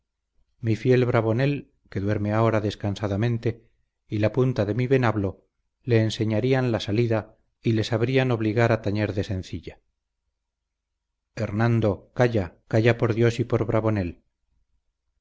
mi fiel bravonel que duerme ahora descansadamente y la punta de mí venablo le enseñarían la salida y le sabrían obligar a tañer de sencilla hernando calla calla por dios y por bravonel